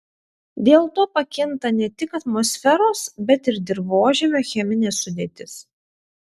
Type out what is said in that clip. dėl to pakinta ne tik atmosferos bet ir dirvožemio cheminė sudėtis